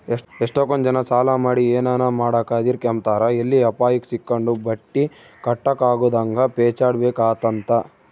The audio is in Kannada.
ಎಷ್ಟಕೊಂದ್ ಜನ ಸಾಲ ಮಾಡಿ ಏನನ ಮಾಡಾಕ ಹದಿರ್ಕೆಂಬ್ತಾರ ಎಲ್ಲಿ ಅಪಾಯುಕ್ ಸಿಕ್ಕಂಡು ಬಟ್ಟಿ ಕಟ್ಟಕಾಗುದಂಗ ಪೇಚಾಡ್ಬೇಕಾತ್ತಂತ